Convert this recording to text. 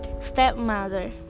stepmother